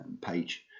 page